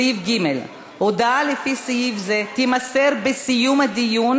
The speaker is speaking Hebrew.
סעיף קטן (ג): הודעה לפי סעיף זה "תימסר בסיום הדיון